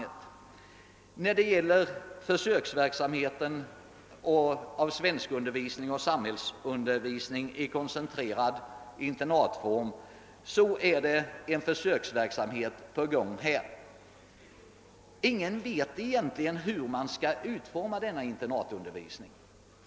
Det kan nämnas att en försöksverksamhet är på gång med koncentrerad svenskoch samhällsundervisning i internatform. Ingen vet egentligen hur denna internatundervisning skall utformas.